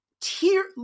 tear